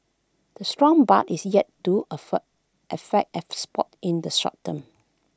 A strong baht is yet to affect affect exports in the short term